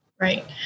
Right